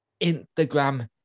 Instagram